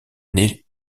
naît